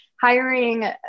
hiring